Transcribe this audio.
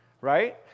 right